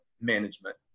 management